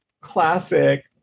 classic